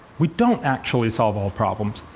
we don't actually solve all problems.